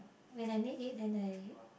when I need it and I